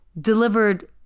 delivered